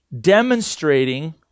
demonstrating